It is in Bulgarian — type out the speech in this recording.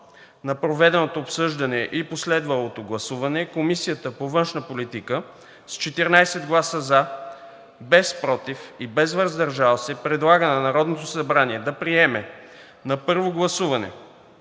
на проведеното обсъждане и последвалото гласуване Комисията по външна политика с 14 гласа „за“, без „против“ и „въздържал се“ предлага на Народното събрание да приеме на първо гласуване